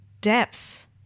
depth